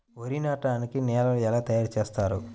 వరి నాటడానికి నేలను ఎలా తయారు చేస్తారు?